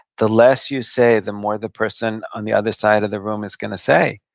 the less you say, the more the person on the other side of the room is gonna say,